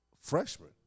freshman